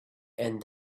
and